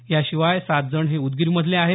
याशिवाय सात जण हे उदगीरमधले आहेत